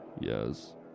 Yes